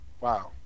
wow